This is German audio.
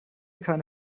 keine